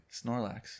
Snorlax